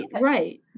right